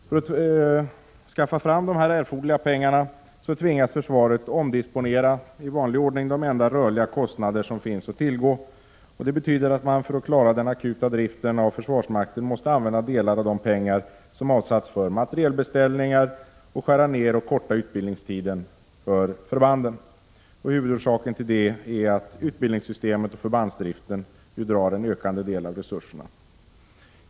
För att skaffa fram de erforderliga pengarna tvingas försvaret omdisponera —-i vanlig ordning — de enda rörliga kostnader som finns att tillgå. Det betyder att man för att klara den akuta driften av försvarsmakten måste använda delar av de pengar som avsatts för materielbeställningar och skära ner och avkorta utbildningstiden för förbanden. Huvudorsaken till detta är att utbildningssystemet och förbandsdriften drar en ökande del av resurserna.